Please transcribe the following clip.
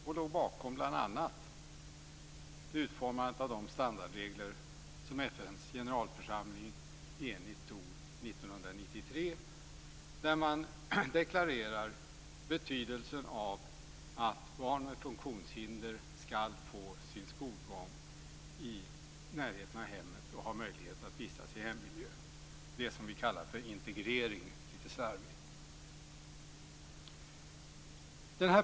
Sverige låg bl.a. bakom utformandet av de standardregler som FN:s generalförsamling enigt antog 1993, där man deklarerar betydelsen av att barn med funktionshinder ska få sin skolgång i närheten av hemmet och ha möjlighet att vistas i hemmiljö - det som vi lite slarvigt kallar för integrering.